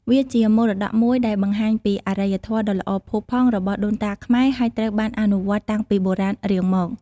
វាជាមរតកមួយដែលបង្ហាញពីអរិយធម៌ដ៏ល្អផូរផង់របស់ដូនតាខ្មែរ ហើយត្រូវបានអនុវត្តតាំងពីបុរាណរៀងមក។